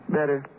Better